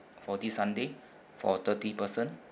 for this sunday for thirty person